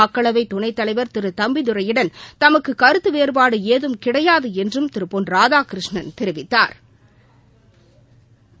மக்களவைத் துணைத்தலைவர் திரு தம்பிதுரையுடன் தமக்கு கருத்து வேறுபாடு எதுவும் கிடையாது என்றும் திரு பொன் ராதாகிருஷ்ணன் தெரிவித்தாா்